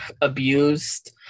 abused